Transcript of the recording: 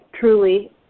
truly